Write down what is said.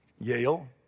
Yale